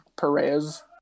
Perez